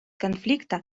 конфликта